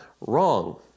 wrong